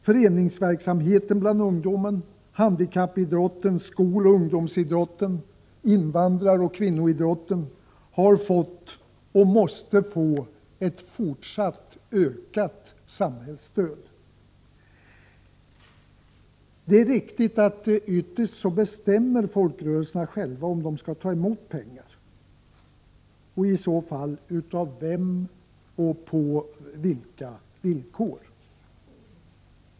Föreningsverksamheten bland ungdomen, handikappidrotten, skoloch ungdomsidrotten, invandraroch kvinnoidrotten har fått, och måste få, ett fortsatt ökat samhällsstöd. Det är riktigt att det ytterst är folkrörelserna själva som bestämmer om de skall ta emot pengar, och i så fall av vem och på vilka villkor.